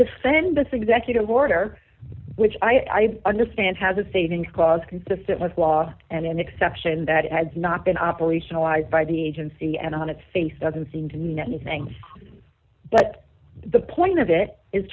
defend this executive order which i understand has a saving clause consistent with law and an exception that has not been operationalized by the agency and on its face doesn't seem to mean anything but the point of it is